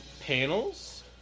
panels